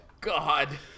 God